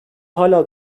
hâlâ